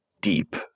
deep